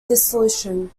dissolution